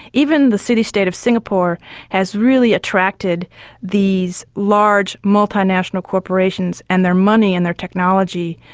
even the city state of singapore has really attracted these large multinational corporations and their money and their technology.